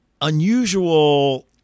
unusual